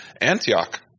Antioch